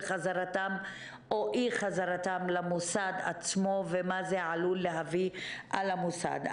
וחזרתם או אי חזרתם למוסד עצמו ומה זה עלול להביא על המוסד.